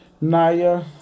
Naya